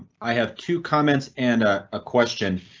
i have two comments and a question.